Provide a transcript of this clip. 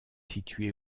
située